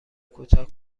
کوتاه